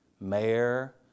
mayor